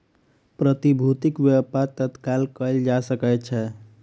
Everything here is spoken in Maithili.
प्रतिभूतिक व्यापार तत्काल कएल जा सकै छै